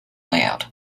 layout